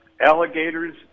alligators